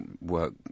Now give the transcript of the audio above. work